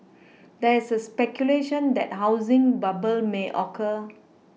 there is speculation that housing bubble may occur